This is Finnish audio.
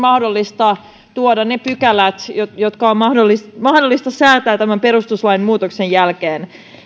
mahdollista tuoda ne pykälät jotka on mahdollista säätää tämän perustuslain muutoksen jälkeen